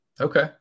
Okay